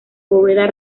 bóveda